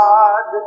God